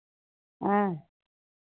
हाँ